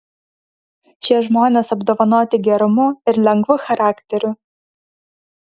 šie žmonės apdovanoti gerumu ir lengvu charakteriu